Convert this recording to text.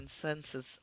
consensus